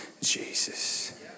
Jesus